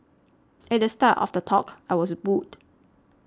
at the start of the talk I was booed